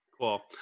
Cool